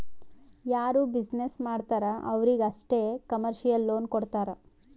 ಯಾರು ಬಿಸಿನ್ನೆಸ್ ಮಾಡ್ತಾರ್ ಅವ್ರಿಗ ಅಷ್ಟೇ ಕಮರ್ಶಿಯಲ್ ಲೋನ್ ಕೊಡ್ತಾರ್